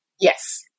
Yes